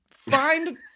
find